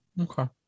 Okay